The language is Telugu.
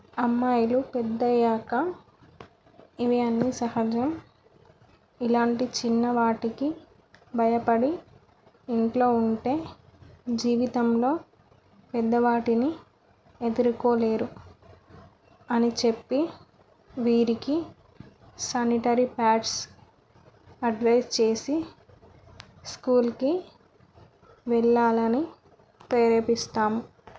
అమ్మాయిలు పెద్దయ్యాక ఇవి అన్ని సహజం ఇలాంటి చిన్న వాటికి భయపడి ఇంట్లో ఉంటే జీవితంలో పెద్దవాటిని ఎదుర్కోలేరు అని చెప్పి వీరికి సానిటరీ ప్యాడ్స్ అడ్వైజ్ చేసి స్కూల్కి వెళ్ళాలని ప్రేరేపిస్తాము